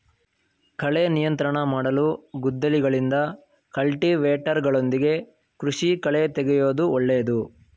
ಕಳೆ ನಿಯಂತ್ರಣ ಮಾಡಲು ಗುದ್ದಲಿಗಳಿಂದ, ಕಲ್ಟಿವೇಟರ್ಗಳೊಂದಿಗೆ ಕೃಷಿ ಕಳೆತೆಗೆಯೂದು ಒಳ್ಳೇದು